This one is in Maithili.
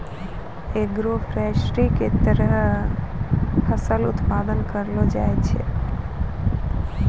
एग्रोफोरेस्ट्री के तहत फसल उत्पादन करलो जाय छै